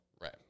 Right